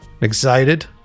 Excited